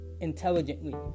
intelligently